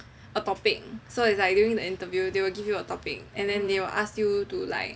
a topic so it's like during the interview they will give you a topic and then they will ask you to like